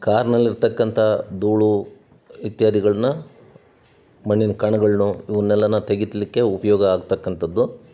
ಕಾರ್ನಲ್ಲಿರತಕ್ಕಂಥ ಧೂಳು ಇತ್ಯಾದಿಗಳನ್ನ ಮಣ್ಣಿನ ಕಣಗಳನ್ನು ಇವನ್ನೆಲ್ಲಾನ ತೆಗೀಲಿಕ್ಕೆ ಉಪಯೋಗ ಆಗತಕ್ಕಂಥದ್ದು